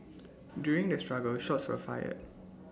during the struggle shots were fired